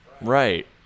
Right